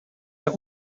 der